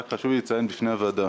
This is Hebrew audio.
חשוב לי לציין בפני הוועדה,